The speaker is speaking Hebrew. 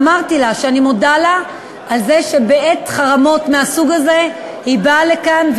ואמרתי לה שאני מודה לה על זה שבעת חרמות מהסוג הזה היא באה לכאן,